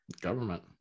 government